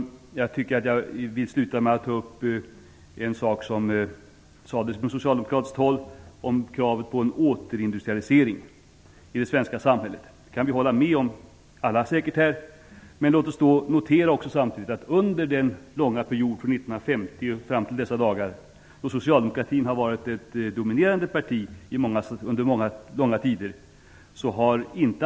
Jag vill sluta med att ta upp en sak som sades från socialdemokratiskt håll om kravet på en återindustrialisering i det svenska samhället. Det kan vi säkert alla hålla med om. Men låt oss samtidigt notera att antalet anställda inom den privata sektorn inte har ökat ett enda dugg under den långa period från 1950 och fram till dessa dagar då socialdemokratin har varit ett dominerande parti under långa tider.